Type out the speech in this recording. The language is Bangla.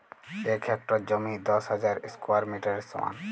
এক হেক্টর জমি দশ হাজার স্কোয়ার মিটারের সমান